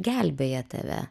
gelbėja tave